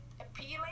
appealing